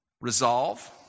resolve